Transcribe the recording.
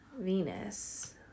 Venus